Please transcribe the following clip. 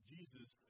Jesus